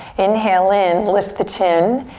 inhale in, lift the chin.